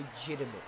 legitimate